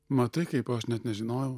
matai kaip o aš net nežinojau